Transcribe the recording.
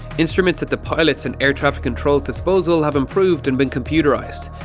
instruments at the pilots and air traffic controls disposal have improved and been computerised,